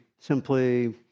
simply